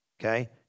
okay